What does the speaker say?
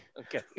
Okay